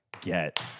get